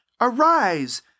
Arise